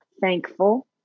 thankful